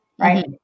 Right